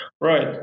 Right